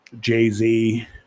Jay-Z